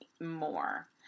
more